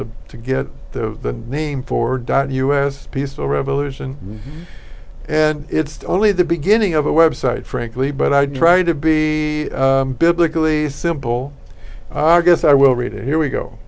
to to get the name for dot us peaceful revolution and it's only the beginning of a website frankly but i'd try to be all biblically simple i guess i will read it here we go